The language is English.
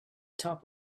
top